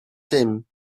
tym